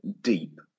Deep